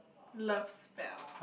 love spell